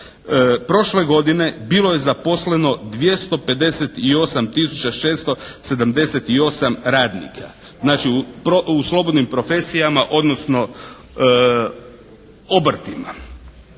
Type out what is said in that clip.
prošle godine bilo je zaposleno 258 tisuća 678 radnika. Znači u slobodnim profesijama odnosno obrtima.